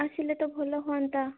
ଆସିଲେ ତ ଭଲ ହୁଅନ୍ତା